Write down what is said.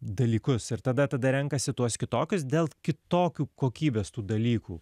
dalykus ir tada tada renkasi tuos kitokius dėl kitokių kokybės tų dalykų